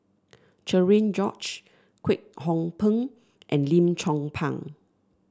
Cherian George Kwek Hong Png and Lim Chong Pang